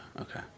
okay